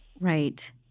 Right